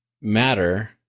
matter